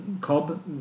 cob